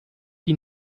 die